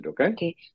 okay